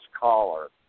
caller